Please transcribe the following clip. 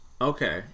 Okay